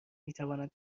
میتوانند